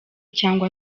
cyangwa